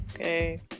okay